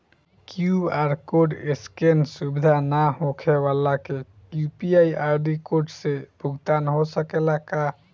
QR code scan सुविधा ना होखे वाला के यू.पी.आई कोड से भुगतान हो सकेला का?